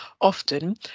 Often